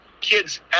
kids